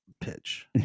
pitch